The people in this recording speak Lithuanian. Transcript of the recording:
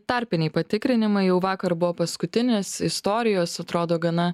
tarpiniai patikrinimai jau vakar buvo paskutinės istorijos atrodo gana